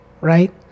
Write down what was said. Right